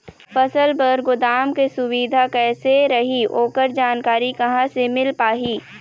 फसल बर गोदाम के सुविधा कैसे रही ओकर जानकारी कहा से मिल पाही?